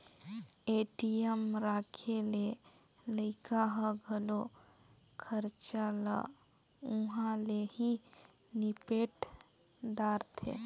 ATM राखे ले लइका ह घलो खरचा ल उंहा ले ही निपेट दारथें